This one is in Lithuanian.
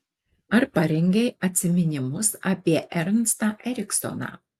ar parengei atsiminimus apie ernstą eriksoną